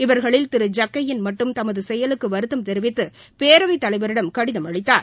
இவர்களில் திரு ஜக்கையன் மட்டும் தமது செயலுக்கு வருத்தம் தெரிவத்து பேரவைத் தலைவரிடம் கடிதம் அளித்தார்